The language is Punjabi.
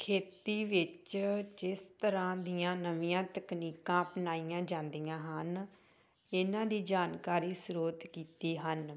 ਖੇਤੀ ਵਿੱਚ ਜਿਸ ਤਰ੍ਹਾਂ ਦੀਆਂ ਨਵੀਆਂ ਤਕਨੀਕਾਂ ਅਪਣਾਈਆਂ ਜਾਂਦੀਆਂ ਹਨ ਇਹਨਾਂ ਦੀ ਜਾਣਕਾਰੀ ਸਰੋਤ ਕੀਤੇ ਹਨ